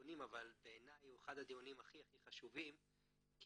דיונים אבל בעיני הוא אחד הדיונים הכי חשובים כי